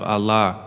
Allah